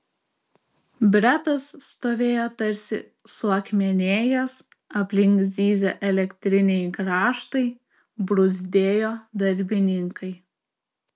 bretas stovėjo tarsi suakmenėjęs aplink zyzė elektriniai grąžtai bruzdėjo darbininkai